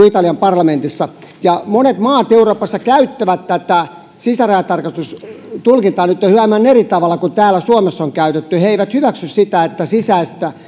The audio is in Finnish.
italian parlamentissa monet maat euroopassa käyttävät tätä sisärajatarkastustulkintaa nyt hieman eri tavalla kuin täällä suomessa on käytetty he eivät hyväksy sitä että sisäistä